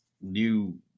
new